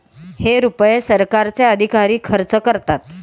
हे रुपये सरकारचे अधिकारी खर्च करतात